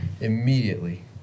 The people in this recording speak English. immediately